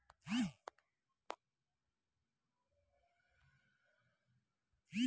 small బిజినెస్లను నడపడానికి కూడా మనకు ప్రభుత్వాలే బిజినెస్ లోన్లను మంజూరు జేత్తన్నాయి